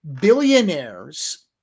billionaires